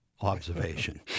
observation